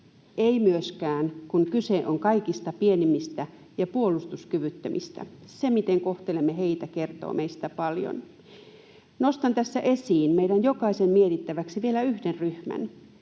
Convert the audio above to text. ei myöskään, kun kyse on kaikista pienimmistä ja puolustuskyvyttömistä. Se, miten kohtelemme heitä, kertoo meistä paljon. Nostan tässä esiin meidän jokaisen mietittäväksi vielä yhden ryhmän,